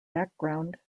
background